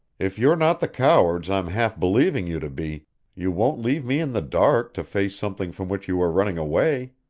if you're not the cowards i'm half believing you to be you won't leave me in the dark to face something from which you are running away.